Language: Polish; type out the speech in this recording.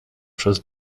przez